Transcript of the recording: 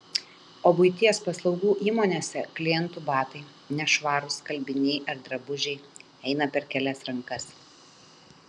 o buities paslaugų įmonėse klientų batai nešvarūs skalbiniai ar drabužiai eina per kelias rankas